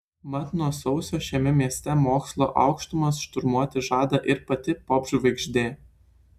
mat nuo sausio šiame mieste mokslo aukštumas šturmuoti žada ir pati popžvaigždė